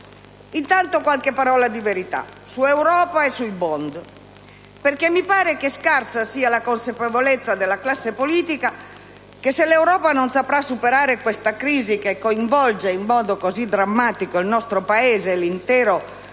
Intanto, qualche parola di verità sull'Europa e sui *bond*, perché mi pare che scarsa sia la consapevolezza della classe politica che se l'Europa non saprà superare questa crisi, che coinvolge in modo così drammatico il nostro Paese e l'intero